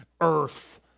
earth